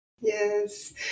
yes